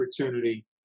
opportunity